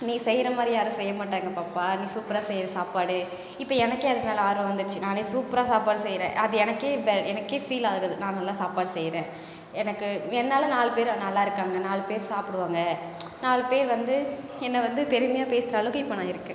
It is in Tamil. நீ செய்கிற மாதிரி யாரும் செய்யமாட்டாங்க பாப்பா நீ சூப்பராக செய்யுற சாப்பாடு இப்போது எனக்கே அதுக்கு மேல் ஆர்வம் வந்துடுச்சு நானே சூப்பராக சாப்பாடு செய்கிறேன் அது எனக்கே இப்போ எனக்கே ஃபீல் ஆகிறது நான் நல்லா சாப்பாடு செய்கிறேன் எனக்கு என்னால் நாலு பேர் நல்லா இருக்காங்க நாலு பேர் சாப்பிடுவாங்க நாலு பேர் வந்து என்னை வந்து பெருமையாக பேசுகிற அளவுக்கு இப்போ நான் இருக்கேன்